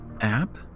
app